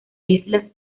islas